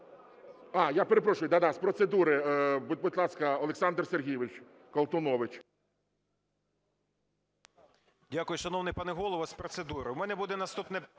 А, я перепрошую, з процедури, будь ласка, Олександр Сергійович Колтунович.